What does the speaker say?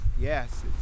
Yes